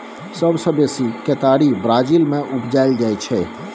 सबसँ बेसी केतारी ब्राजील मे उपजाएल जाइ छै